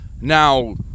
now